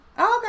Okay